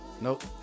Nope